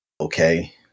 okay